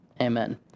Amen